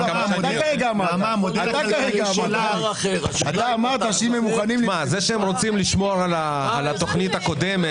זה שהם רוצים לשמור על התוכנית הקודמת,